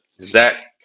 Zach